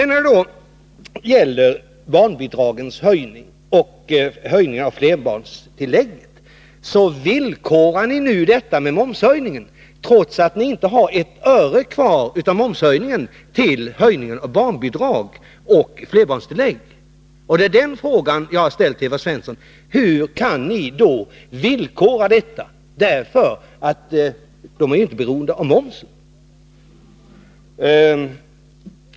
När det sedan gäller höjningen av barnbidragen och av flerbarnstillägget villkorar ni nu denna med momshöjning, trots att ni inte har ett öre kvar av momshöjningen till höjning av barnbidrag och flerbarnstillägg. Den fråga jag har ställt till Evert Svensson är: Hur kan ni villkora detta? Dessa bidrag är ju inte beroende av momsen.